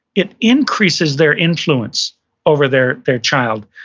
it increases their influence over their their child.